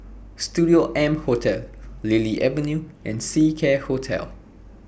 Studio M Hotel Lily Avenue and Seacare Hotel